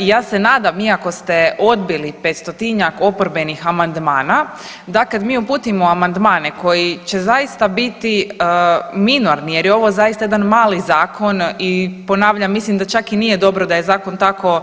I ja se nadam iako ste odbili petstotinjak oporbenih amandmana, da kad mi uputimo amandmane koji će zaista biti minorni jer je ovo zaista jedan mali zakon i ponavljam mislim da čak i nije dobro da je zakon tako